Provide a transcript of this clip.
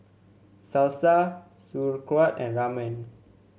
Salsa Sauerkraut and Ramen